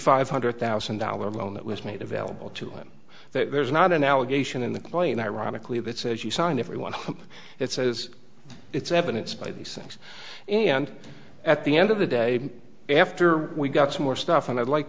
five hundred thousand dollar loan that was made available to him there's not an allegation in the plane ironically that says you signed everyone it says it's evidence by these things and at the end of the day after we got some more stuff and i'd like